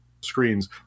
screens